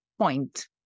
point